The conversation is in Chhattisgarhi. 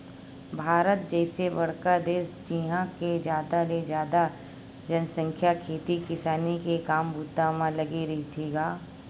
भारत जइसे बड़का देस जिहाँ के जादा ले जादा जनसंख्या खेती किसानी के काम बूता म लगे रहिथे गा